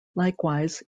likewise